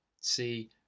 See